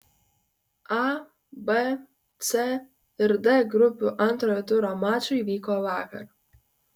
a b c ir d grupių antrojo turo mačai vyko vakar